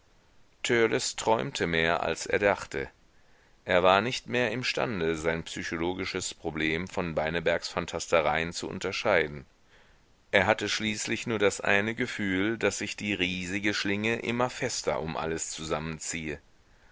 träumte mehr als er dachte er war nicht mehr imstande sein psychologisches problem von beinebergs phantastereien zu unterscheiden er hatte schließlich nur das eine gefühl daß sich die riesige schlinge immer fester um alles zusammenziehe